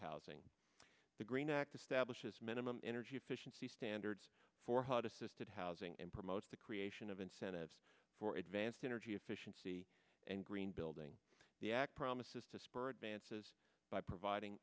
housing the green act stablish is minimum energy efficiency standards for hot assisted housing and promotes the creation of incentives for advanced energy efficiency and green building the act promises to spur advances by providing